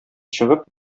чыгып